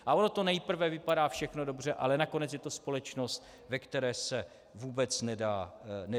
A ono to nejprve vypadá všechno dobře, ale nakonec je to společnost, ve které se vůbec nedá žít.